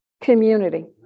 community